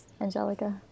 angelica